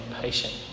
patient